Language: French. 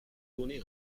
donner